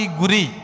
guri